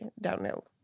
downhill